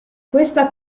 questa